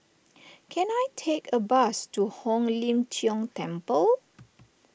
can I take a bus to Hong Lim Jiong Temple